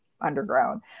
underground